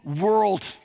world